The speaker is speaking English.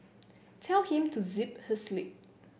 tell him to zip his lip